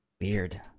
weird